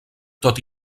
tot